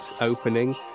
opening